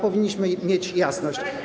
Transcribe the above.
Powinniśmy mieć jasność.